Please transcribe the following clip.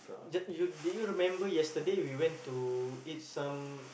the did you remember yesterday we went to eat some